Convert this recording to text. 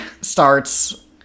starts